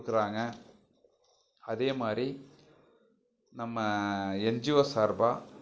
கொடுக்குறாங்க அது மாதிரி நம்ம என்ஜிஓ சார்பாக